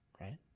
right